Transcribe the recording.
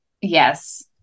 yes